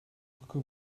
brücke